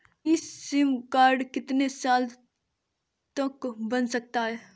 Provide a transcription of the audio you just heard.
ई Shram card कितने साल तक बन सकता है?